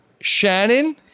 Shannon